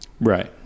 right